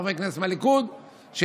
רמת השרון, רמות השבים, רמת חן.